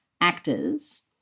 Actors